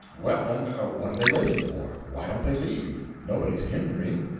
well, then, what are they waiting for? why don't they leave? nobody's hindering.